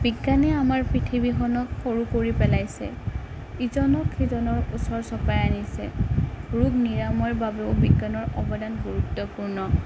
বিজ্ঞানে আমাৰ পৃথিৱীখনক সৰু কৰি পেলাইছে ইজনক সিজনৰ ওচৰ চপাই আনিছে ৰোগ নিৰাময়ৰ বাবেও বিজ্ঞানৰ অৱদান গুৰুত্বপূৰ্ণ